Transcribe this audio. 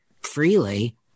freely